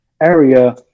area